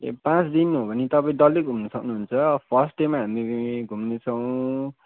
ए पाँच दिन हो भने तपाईँ डल्लै घुम्न सक्नुहुन्छ फर्स्ट डेमा हामी घुम्नेछौँ